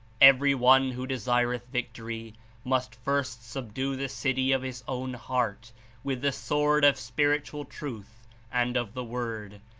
every one who desireth victory must first subdue the city of his own heart with the sword of spiritual truth and of the word,